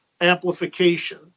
amplification